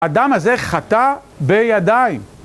אדם הזה חטא בידיים.